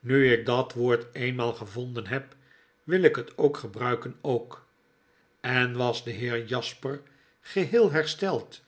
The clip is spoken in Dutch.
nu ik dat woord eenmaal gevonden heb wil ik het gebruiken ook en was de heer jasper geheel hersteld